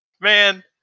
Man